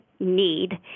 need